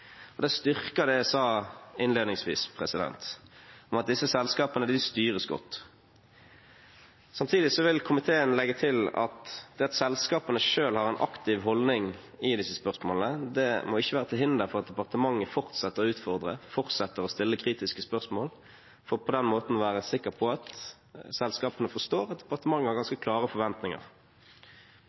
Det styrker det jeg sa innledningsvis om at disse selskapene styres godt. Samtidig vil komiteen legge til at det at selskapene selv har en aktiv holdning i disse spørsmålene må ikke være til hinder for at departementet fortsetter å utfordre, fortsetter å stille kritiske spørsmål, for på den måten å være sikker på at selskapene forstår at departementet har ganske klare forventninger.